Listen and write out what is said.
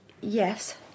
Yes